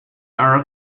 are